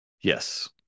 Yes